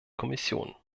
kommission